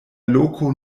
loko